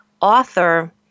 author